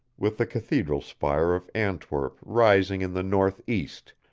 with the cathedral spire of antwerp rising in the north-east,